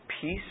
peace